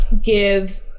give